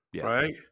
right